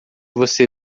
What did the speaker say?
você